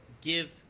give –